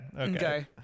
okay